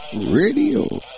radio